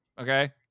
Okay